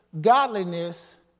godliness